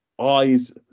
eyes